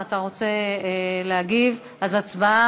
חבר הכנסת עמר בר-לב, אינו נוכח.